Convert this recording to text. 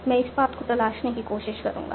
मैं उस पाथ को तलाशने की कोशिश करूंगा